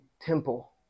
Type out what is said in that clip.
temple